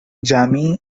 jamie